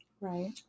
Right